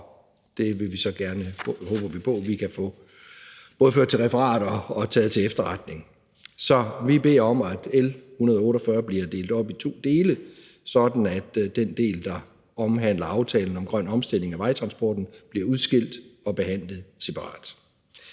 i. Det håber vi så på at vi både kan få ført til referat og taget til efterretning. Så vi beder om, at L 148 bliver delt op i to dele, sådan at den del, der omhandler aftalen om grøn omstilling af vejtransporten, bliver udskilt og behandlet separat.